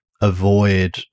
avoid